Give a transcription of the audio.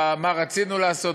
מה רצינו לעשות,